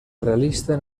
realista